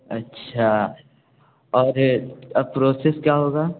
अच्छा और और प्रोसेस क्या होगा